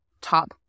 top